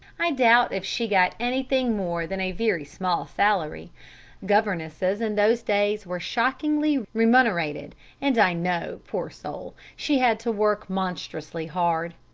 i doubt if she got anything more than a very small salary governesses in those days were shockingly remunerated and i know poor soul, she had to work monstrously hard.